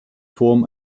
form